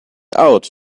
out